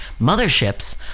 motherships